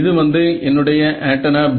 இது வந்து என்னுடைய ஆண்டனா B